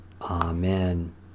Amen